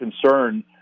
concern